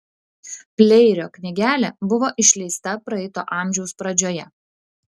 pleirio knygelė buvo išleista praeito amžiaus pradžioje